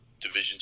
Division